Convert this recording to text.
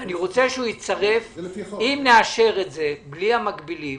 אם נאשר את זה בלי המקבילים,